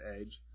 Edge